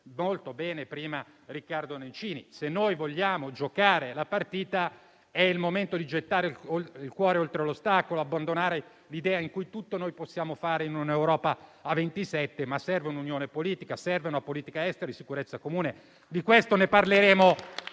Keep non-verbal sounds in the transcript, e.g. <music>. molto bene prima il senatore Nencini. Se vogliamo giocare la partita, è il momento di gettare il cuore oltre l'ostacolo, abbandonare l'idea in cui tutto noi possiamo fare in un'Europa a 27. Servono un'unione politica, una politica estera e una di sicurezza comune. <applause> Di questo ne parleremo